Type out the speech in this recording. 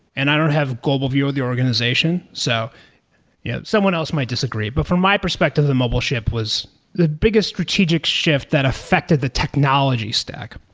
and i don't have global view of the organization. so yeah someone else might disagree, but from my perspective, the mobileship was the biggest strategic shift that affected the technology stack.